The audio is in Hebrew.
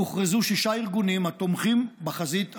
הוכרזו שישה ארגונים כתומכים בחזית העממית.